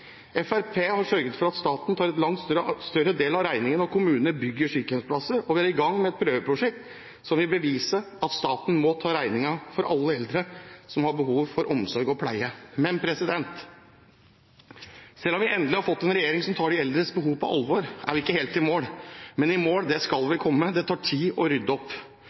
Fremskrittspartiet har sørget for at staten tar en langt større del av regningen når kommunene bygger sykehjemsplasser, og vi er i gang med et prøveprosjekt som vil bevise at staten må ta regningen for alle eldre som har behov for omsorg og pleie. Men selv om vi endelig har fått en regjering som tar de eldres behov på alvor, er vi ikke helt i mål. Vi skal komme i mål, men det tar tid å rydde opp.